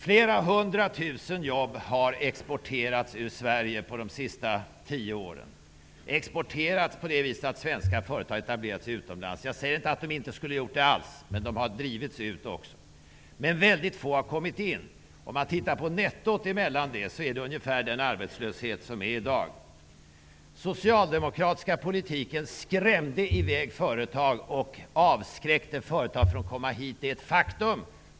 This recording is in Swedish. Flera hundratusen jobb har exporterats ut ur Sverige de senaste tio åren. Med exporterat menar jag att svenska företag har etablerat sig utomlands. Jag säger inte att de inte skulle ha gjort så alls. Men de har även drivits ut. Få företag har kommit till Sverige. Netto motsvarar ungefär den arbetslöshet som finns i dag. Den socialdemokratiska politiken skrämde i väg företag och avskräckte företag från att komma hit. Det är ett faktum!